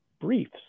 briefs